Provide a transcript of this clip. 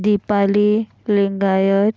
Dipali Lingayat